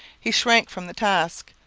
he shrank from the task,